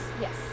Yes